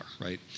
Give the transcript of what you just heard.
right